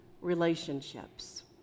relationships